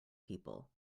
people